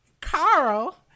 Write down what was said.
Carl